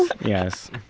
yes